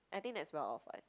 I think that's well off [what]